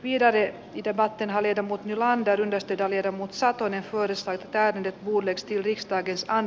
niitä itä varten hallita potilaan terveydestä ja viedä mut saatoimme vuodessa käytetyt uudet stilistaikeestaan